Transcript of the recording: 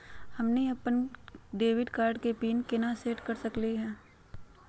हमनी अपन debit card के पीन केना सेट कर सकली हे?